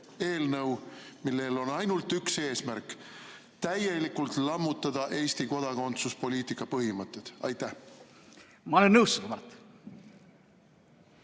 eelnõu, millel on ainult üks eesmärk: täielikult lammutada Eesti kodakondsuspoliitika põhimõtted? Ma olen nõus sinuga,